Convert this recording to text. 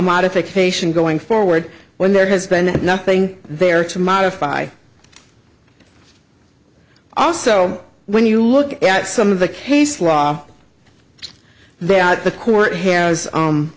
modification going forward when there has been nothing there to modify also when you look at some of the case law that the court has